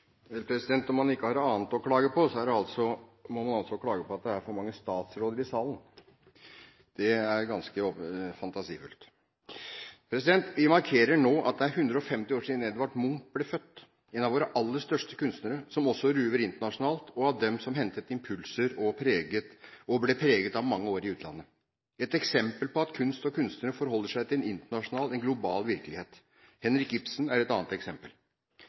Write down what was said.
for mange statsråder i salen. Det er ganske fantasifullt. Vi markerer nå at det er 150 år siden Edvard Munch ble født, en av våre aller største kunstnere, som også ruver internasjonalt og er av dem som hentet impulser og ble preget av mange år i utlandet – og et eksempel på at kunst og kunstnere forholder seg til en internasjonal, en global virkelighet. Henrik Ibsen er et annet eksempel.